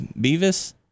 Beavis